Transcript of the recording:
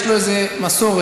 יש לו איזה מסורת,